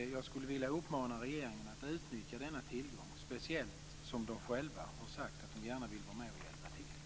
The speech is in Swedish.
Jag skulle vilja uppmana regeringen att utnyttja denna tillgång, speciellt som de själva har sagt att de gärna vill vara med och hjälpa till.